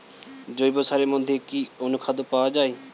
জৈব সারের মধ্যে কি অনুখাদ্য পাওয়া যায়?